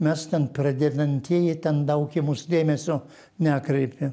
mes ten pradedantieji ten daug į mus dėmesio nekreipė